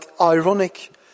ironic